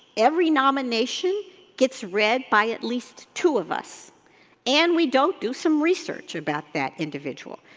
every nomination gets read by at least two of us and we don't do some research about that individual.